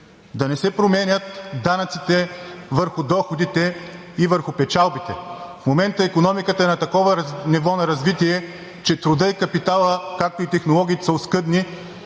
Да не се променят данъците върху доходите и върху печалбите. В момента икономиката е на такова ниво на развитие, че трудът и капиталът, както и технологиите, са оскъдни.